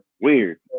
weird